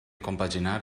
compaginar